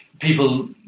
people